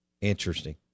Interesting